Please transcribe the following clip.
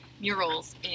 murals